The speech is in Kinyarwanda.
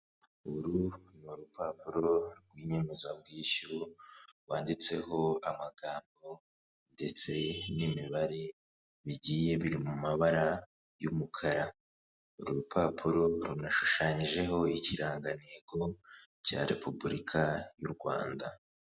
Ururu ni urupapuro rw'inyemezabwishyu rwanditseho amagambo ndetse n'imibare bigiye biri mu mabara y'umukara. Urupapuro runashushanyijeho ikirangantego cya Repubulika y' u Rwanda.